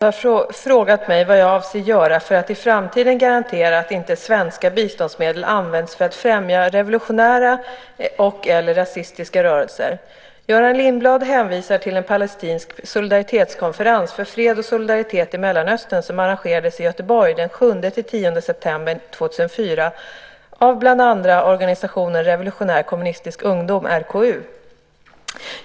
Herr talman! Göran Lindblad har frågat mig vad jag avser att göra för att i framtiden garantera att inte svenska biståndsmedel används för att främja revolutionära och/eller rasistiska rörelser. Göran Lindblad hänvisar till en palestinsk solidaritetskonferens för fred och solidaritet i Mellanöstern som arrangerades i Göteborg den 7-10 september 2004 av bland andra organisationen Revolutionär Kommunistisk Ungdom .